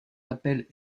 appelle